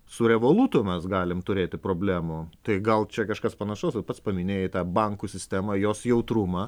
su revolutu mes galim turėti problemų tai gal čia kažkas panašaus vat pats paminėjai tą bankų sistemą jos jautrumą